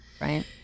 right